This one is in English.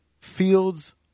Fields